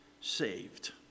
Saved